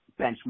benchmark